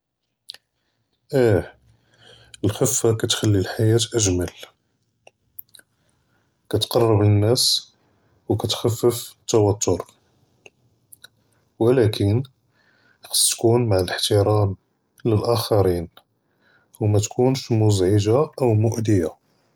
אה אֶלְחְפָּה כּתְחַלִּי אֶלְחַיַאת אַגְמַל, כּתְקַרְבּ אֶנַּאס וּכּתְכַפֵּף אֶלְתּוֹתֵר, וּלָקִין חַאסּ תְּקוּן מַעֶּלֶא אֶלְאֶחְתִרָאם לֶלְאַחַרִין וּמַתְכּוּנֶש מְזַעְזַעְגָה אוֹ מֻאְזִיַה.